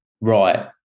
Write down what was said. right